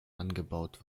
angebaut